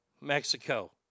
Mexico